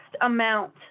amount